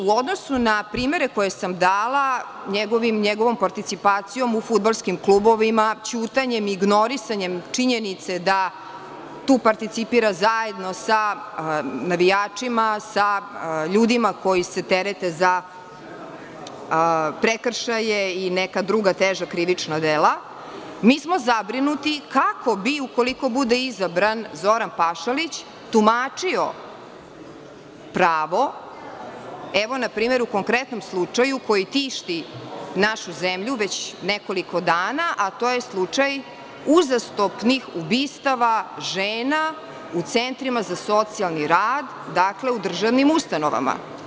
U odnosu na primere koje sam dala njegovom participacijom u fudbalskim klubovima, ćutanjem i ignorisanje činjenice da tu participira zajedno sa navijačima, sa ljudima koji se terete za prekršaje i neka druga teža krivična dela, mi smo zabrinuti kako bi, ukoliko bude izabran Zoran Pašalić, tumačio pravo evo, npr, u konkretnom slučaju koje tišti našu zemlju već nekoliko dana, a to je slučaj uzastopnih ubistava žena u centrima za socijalni rad, dakle u državnim ustanovama.